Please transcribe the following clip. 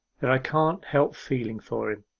that i can't help feeling for him